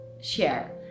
share